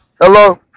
Hello